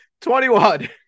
21